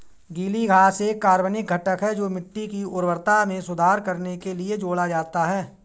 गीली घास एक कार्बनिक घटक है जो मिट्टी की उर्वरता में सुधार करने के लिए जोड़ा जाता है